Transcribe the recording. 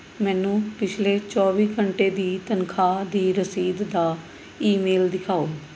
ਮੈਨੂੰ ਪਿਛਲੇ ਚੌਬੀ ਘੰਟੇ ਦੀ ਤਨਖਾਹ ਦੀ ਰਸੀਦ ਦਾ ਈਮੇਲ ਦਿਖਾਓ